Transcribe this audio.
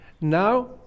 Now